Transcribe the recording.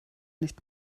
nicht